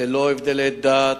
ללא הבדלי דת,